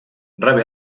rebé